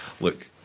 Look